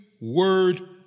word